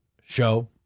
show